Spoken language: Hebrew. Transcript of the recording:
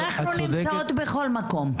אנחנו נמצאות בכל מקום.